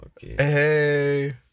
Hey